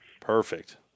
Perfect